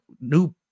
new